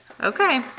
Okay